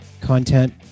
content